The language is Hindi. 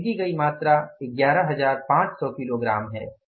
खरीदी गई मात्रा 11500 किलोग्राम है